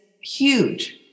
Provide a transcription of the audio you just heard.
huge